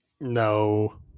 No